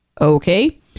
Okay